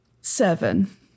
Seven